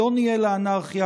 לא נהיה לאנרכיה.